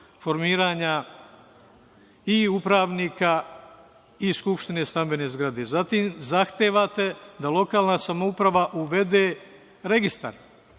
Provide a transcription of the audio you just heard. formiranja i upravnika i skupštine stambene zgrade. Zatim, zahtevate da lokalna samouprava uvede registar